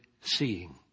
seeing